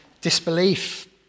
disbelief